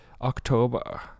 October